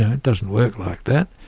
it doesn't work like that.